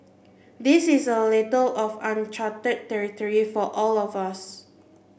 this is a little of uncharted territory for all of us